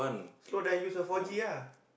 slow then use your four G ah